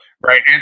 Right